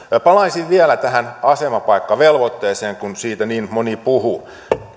palaisin vielä tähän asemapaikkavelvoitteeseen kun siitä niin moni puhui